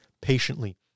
patiently